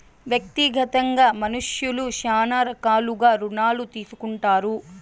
వ్యక్తిగతంగా మనుష్యులు శ్యానా రకాలుగా రుణాలు తీసుకుంటారు